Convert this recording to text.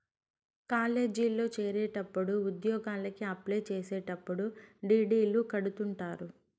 కాలేజీల్లో చేరేటప్పుడు ఉద్యోగలకి అప్లై చేసేటప్పుడు డీ.డీ.లు కడుతుంటారు